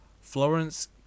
Florence